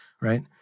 right